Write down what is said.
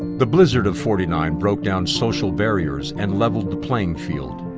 the blizzard of forty nine broke down social barriers and leveled the playing field.